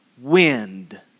wind